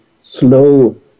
slow